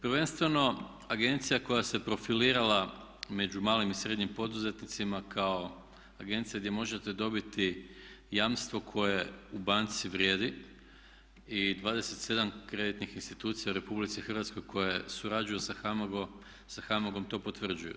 Prvenstveno agencija koja se profilirala među malim i srednjim poduzetnicima kao agencija gdje možete dobiti jamstvo koje u banci vrijedi i 27 kreditnih institucija u RH koje surađuju sa HAMAG-om to potvrđuju.